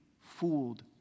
fooled